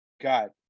God